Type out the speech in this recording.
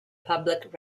public